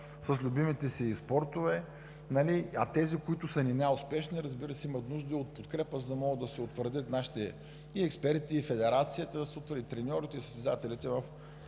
с любимите си спортове, а тези, които са ни най-успешни, имат нужда и от подкрепа, за да могат да се утвърдят нашите и експерти, и федерацията, и треньорите, и създателите в